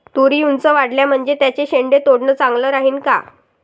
तुरी ऊंच वाढल्या म्हनजे त्याचे शेंडे तोडनं चांगलं राहीन का?